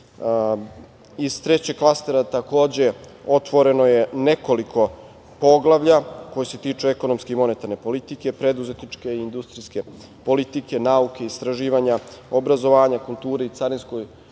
Iz trećeg klastera takođe je otvoreno nekoliko poglavlja koji se tiču ekonomske i monetarne politike, preduzetničke i industrijske politike, nauke, istraživanja, obrazovanja, kulture i Carinske